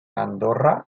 andorra